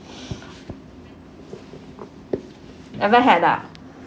never had ah